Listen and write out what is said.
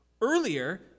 earlier